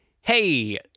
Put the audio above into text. hey